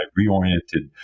reoriented